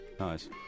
Nice